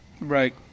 Right